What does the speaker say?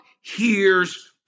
hears